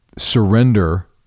surrender